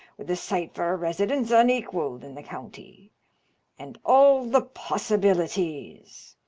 with a site for a residence unequalled in the county and all the possibilities!